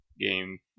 game